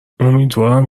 امیدوارم